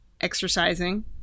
exercising